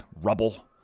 rubble